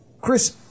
Chris